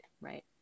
Right